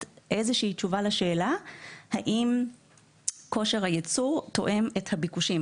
איזושהי תשובה לשאלה אם כושר הייצור תואם את הביקושים.